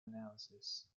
analysis